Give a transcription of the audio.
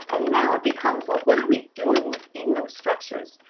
and now it becomes, well, what are we doing within those structures?